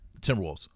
Timberwolves